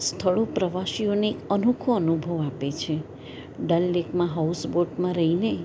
સ્થળો પ્રવાસીઓને અનેખો અનુભવ આપે છે દલલેકમાં હાઉસ બોટમાં રહીને